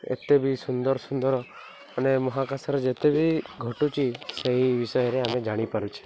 ଏତେ ବି ସୁନ୍ଦର ସୁନ୍ଦର ମାନେ ମହାକାଶରେ ଯେତେ ବି ଘଟୁଛି ସେହି ବିଷୟରେ ଆମେ ଜାଣିପାରୁଛେ